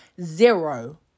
zero